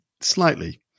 Slightly